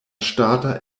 ŝtata